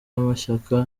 y’amashyaka